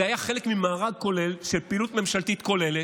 זה היה חלק ממארג כולל, של פעילות ממשלתית כוללת,